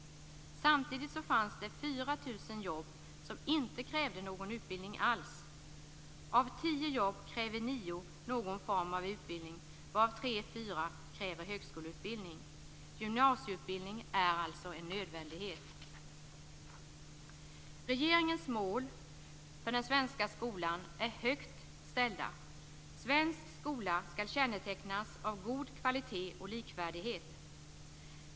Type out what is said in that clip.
Samtidigt fanns det 4 000 jobb som inte krävde någon utbildning alls. Av tio jobb kräver nio någon form av utbildning, varav tre, fyra kräver högskoleutbildning. Gymnasieutbildning är alltså en nödvändighet. Regeringens mål för den svenska skolan är högt ställda. Den svenska skolan skall kännetecknas av god kvalitet och likvärdighet.